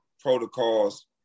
protocols